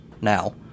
now